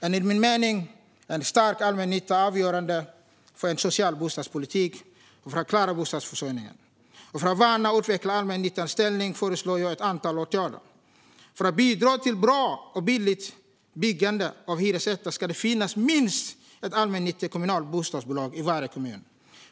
Enligt min mening är en stark allmännytta avgörande för en social bostadspolitik och för att klara bostadsförsörjningen. För att värna och utveckla allmännyttans ställning föreslår jag ett par åtgärder: För att bidra till bra och billigt byggande av hyresrätter ska det finnas minst ett allmännyttigt kommunalt bostadsbolag i varje kommun.